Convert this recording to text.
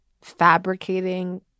fabricating